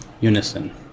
unison